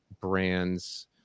brands